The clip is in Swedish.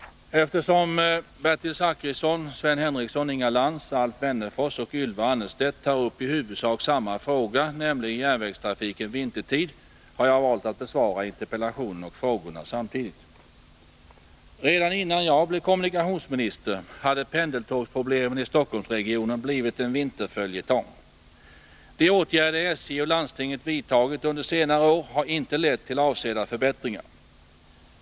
Eftersom Bertil Zachrisson, Sven Henricsson, Inga Lantz, Alf Wennerfors och Ylva Annerstedt tar upp i huvudsak samma fråga, nämligen järnvägstrafiken vintertid, har jag valt att besvara interpellationen och frågorna samtidigt. Redan innan jag blev kommunikationsminister hade pendeltågsproblemen i Stockholmsregionen blivit en vinterföljetong. De åtgärder SJ och landstinget vidtagit under senare år har inte lett till avsedda förbättringar.